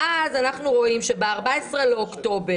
ואז אנחנו רואים שב-14 באוקטובר,